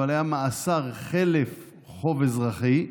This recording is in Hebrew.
אבל היה מאסר חלף חוב אזרחי.